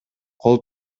кол